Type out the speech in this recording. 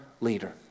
leader